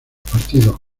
partidos